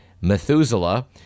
Methuselah